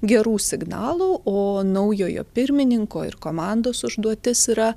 gerų signalų o naujojo pirmininko ir komandos užduotis yra